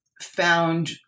found